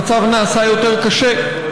המצב נעשה יותר קשה.